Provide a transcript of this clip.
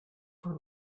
for